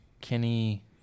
Kenny